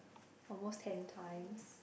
almost ten times